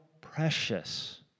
precious